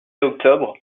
octobre